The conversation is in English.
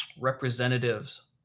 representatives